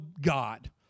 God